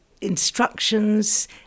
instructions